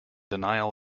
denial